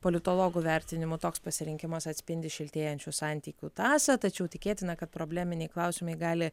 politologų vertinimu toks pasirinkimas atspindi šiltėjančių santykių tąsą tačiau tikėtina kad probleminiai klausimai gali